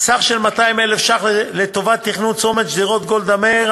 סך 200,000 ש"ח לתכנון צומת שדרות גולדה מאיר,